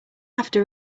after